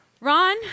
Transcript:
ron